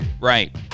Right